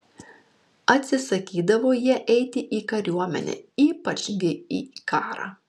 atsisakydavo jie eiti į kariuomenę ypač gi į karą